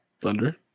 Thunder